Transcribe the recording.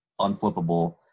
unflippable